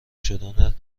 شدن